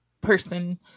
person